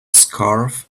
scarf